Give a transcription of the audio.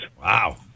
Wow